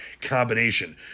combination